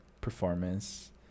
performance